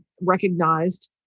recognized